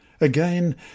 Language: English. Again